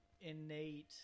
innate